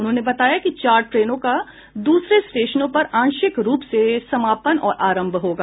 उन्होंने बताया कि चार ट्रेनों का दूसरे स्टेशनों पर आंशिक रूप से समापन और आरंभ होगा